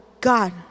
God